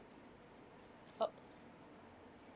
uh